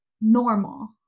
normal